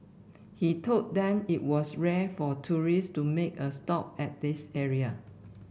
he told them it was rare for tourists to make a stop at this area